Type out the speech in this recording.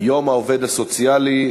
יום העובד הסוציאלי.